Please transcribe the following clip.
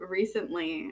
recently